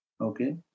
Okay